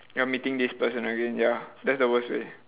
you're meeting this person again ya that's the worst way